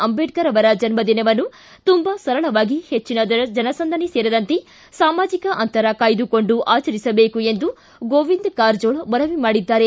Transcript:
ಅಂಬೇಡ್ಕರ್ ಅವರ ಜನ್ಮ ದಿನವನ್ನು ತುಂಬಾ ಸರಳವಾಗಿ ಹೆಚ್ಚಿನ ಜನಸಂದಣಿ ಸೇರದಂತೆ ಸಾಮಾಜಿಕ ಅಂತರ ಕಾಯ್ದುಕೊಂಡು ಆಚರಿಸಬೇಕು ಎಂದು ಗೋವಿಂದ ಕಾರಜೋಳ ಮನವಿ ಮಾಡಿದ್ದಾರೆ